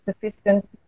sufficient